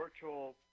virtual